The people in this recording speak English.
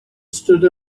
stood